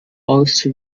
also